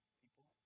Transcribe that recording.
people